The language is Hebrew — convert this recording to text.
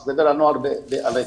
צריך לדבר על נוער שעל הרצף.